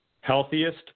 Healthiest